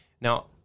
now